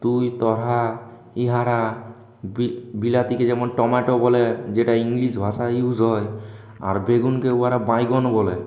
তুই তোরা এরা বিলিতিতে যেমন টমাটো বলে যেটা ইংলিশ ভাষা ইউজ হয় আর বেগুনকে ওরা বাইগুন বলে